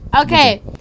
okay